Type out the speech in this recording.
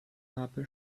habe